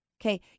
Okay